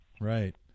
right